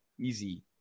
Easy